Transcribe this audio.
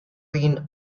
seen